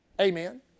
Amen